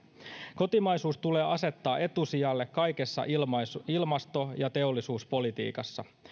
kotimaisuus tulee asettaa etusijalle kaikessa ilmasto ja teollisuuspolitiikassa